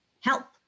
help